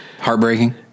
Heartbreaking